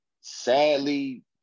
sadly